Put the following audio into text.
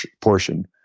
portion